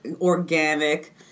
organic